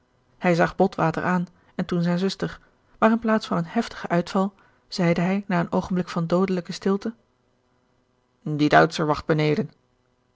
hij zag botwater aan en toen zijne zuster maar in plaats van een heftigen uitval zeide hij na een oogenblik van doodelijke stilte die duitscher wacht beneden